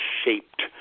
shaped